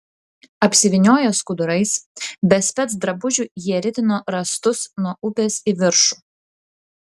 apsivynioję skudurais be specdrabužių jie ritino rąstus nuo upės į viršų